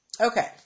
Okay